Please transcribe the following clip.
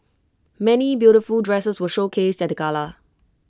many beautiful dresses were showcased at the gala